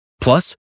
Plus